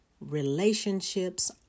relationships